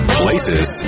places